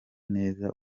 neza